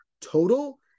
total